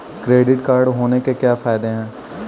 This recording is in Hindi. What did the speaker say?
क्रेडिट कार्ड होने के क्या फायदे हैं?